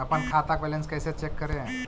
अपन खाता के बैलेंस कैसे चेक करे?